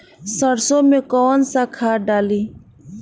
सरसो में कवन सा खाद डाली?